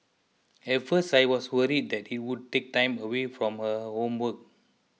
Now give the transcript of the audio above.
at first I was worried that it would take time away from her homework